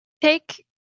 take